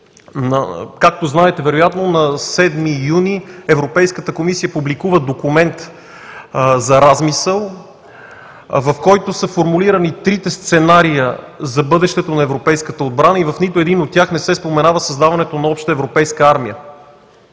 Както знаете вероятно, на 7 юни Европейската комисия публикува документ за размисъл, в който са формулирани трите сценария за бъдещето на европейската отбрана и в нито един от тях не се споменава създаването на обща европейска армия.